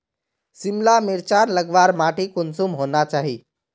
सिमला मिर्चान लगवार माटी कुंसम होना चही?